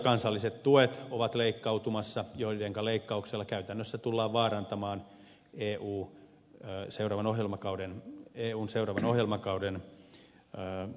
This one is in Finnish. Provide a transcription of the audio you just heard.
kansalliset tuet ovat leikkautumassa ja näillä leikkauksilla tullaan käytännössä vaarantamaan ne luu ja seuraavan ohjelmakauden eun seuraavan ohjelmakauden neuvotteluja